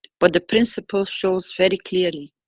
but the principle shows very clearly.